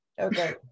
okay